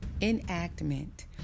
enactment